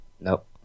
nope